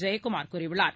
ஜெயக்குமார் கூறியுள்ளார்